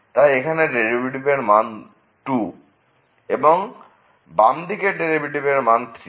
তাই এখানে ডেরিভেটিভটির মান 2 এবং বামদিকের ডেরিভেটিভটির মান 3